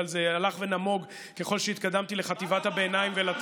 אבל זה הלך ונמוג ככל שהתקדמתי לחטיבת הביניים.